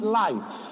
life